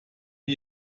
die